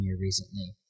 recently